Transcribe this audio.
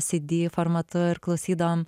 cd formatu ir klausydavom